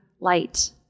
light